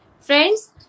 Friends